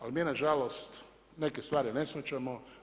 Ali mi na žalost neke stvari ne shvaćamo.